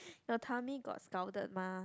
your tummy got scalded mah